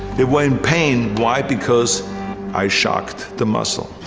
they were in pain. why? because i shocked the muscle.